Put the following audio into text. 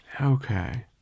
okay